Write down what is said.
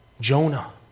Jonah